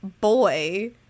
boy